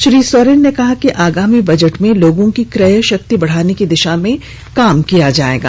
श्री सोरेन कहा कि आगामी बजट में लोगों की क्रय शक्ति बढ़ाने की दिशा में कार्य किया जाएगा